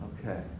Okay